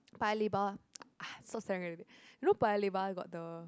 Paya-Lebar so you know Paya-Lebar got the